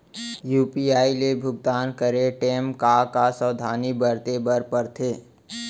UPI ले भुगतान करे टेम का का सावधानी बरते बर परथे